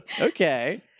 okay